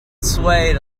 swayed